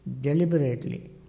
deliberately